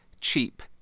cheap